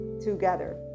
together